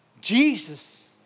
Jesus